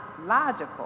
logical